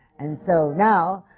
and so now,